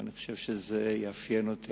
ואני חושב שזה יאפיין אותי.